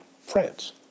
France